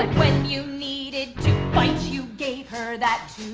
when you needed to fight, you gave her that